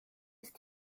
ist